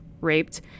raped